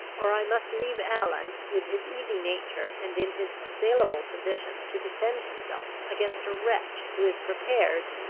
or i must leave allan, with his easy nature, and in his assailable position, to defend himself against a wretch who is prepared,